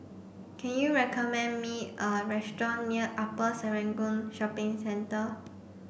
can you recommend me a restaurant near Upper Serangoon Shopping Centre